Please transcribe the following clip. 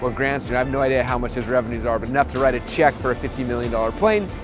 well, grant, so we have no idea how much his revenues are but enough to write a check for a fifty million dollars plane.